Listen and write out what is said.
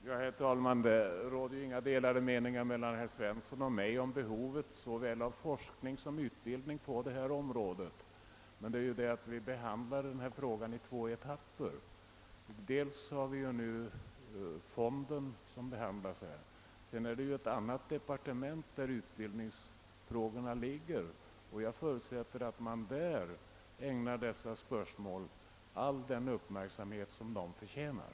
Herr talman! Det råder inga delade meningar mellan herr Svensson och mig om behovet av såväl forskning som utbildning på detta område. Frågan behandlas emellertid i två etapper. Dels säller det fonden, som behandlas här, dels gäller det utbildningsfrågorna, som ligger hos ett annat departement. Jag förutsätter att man där ägnar dessa spörsmål all den uppmärksamhet de förtjänar.